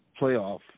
playoff